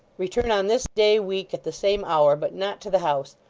return on this day week, at the same hour, but not to the house.